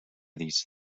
these